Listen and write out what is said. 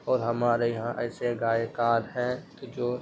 اور ہمارے یھاں ایسے گائیکار ہیں کہ جو